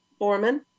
Borman